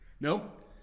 Nope